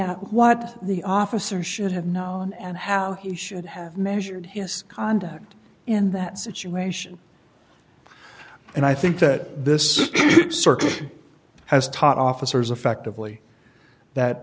at what the officer should have known and how he should have measured his conduct in that situation and i think that this circuit has taught officers effectively that